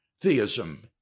theism